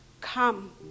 come